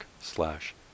slash